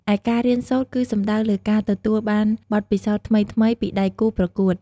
ឯការរៀនសូត្រគឺសំដៅលើការទទួលបានបទពិសោធន៍ថ្មីៗពីដៃគូប្រកួត។